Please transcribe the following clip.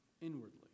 inwardly